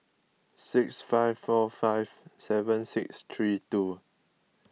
six five four five seven six three two